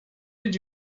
did